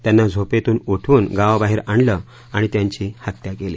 त्यांना झोपेतून उठवून गावाबाहेर आणलं आणि त्यांची हत्या केली